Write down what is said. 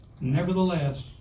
nevertheless